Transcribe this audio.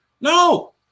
No